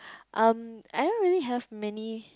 um I don't really have many